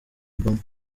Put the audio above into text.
obama